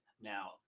now